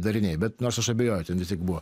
dariniai bet nors aš abejoju ten tiesiog buvo